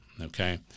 okay